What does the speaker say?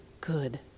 good